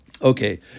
Okay